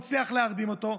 הוא הצליח להרדים אותו,